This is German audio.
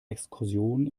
exkursion